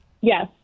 Yes